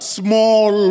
small